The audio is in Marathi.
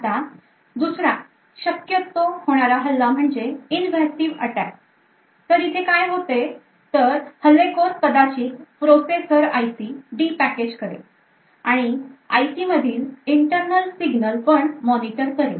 आता दुसरा शक्यतो होणारा हल्ला म्हणजे invasive attack तर इथे काय होते तर हल्लेखोर कदाचित processor IC de package करेल आणि IC मधील internal signal पण moniter करेल